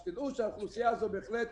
שתדעו, שהאוכלוסייה הזאת נמצאת,